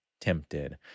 tempted